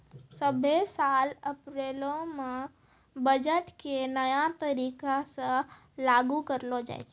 सभ्भे साल अप्रैलो मे बजट के नया तरीका से लागू करलो जाय छै